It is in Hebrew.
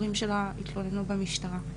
ההורים שלה התלוננו במשטרה,